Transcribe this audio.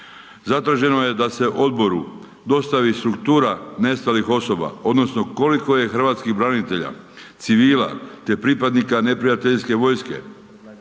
Zatraženo je da su odboru dostavi struktura nestalih osoba, odnosno koliko je hrvatskih branitelja, civila te pripadnika neprijateljske vojske.